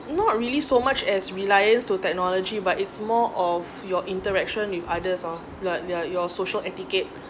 not really so much as reliance to technology but it's more of your interaction with others lor the the your social etiquette